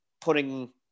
putting